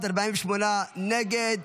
48 נגד.